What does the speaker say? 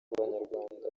banyarwanda